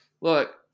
look